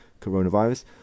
coronavirus